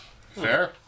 Fair